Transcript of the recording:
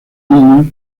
niños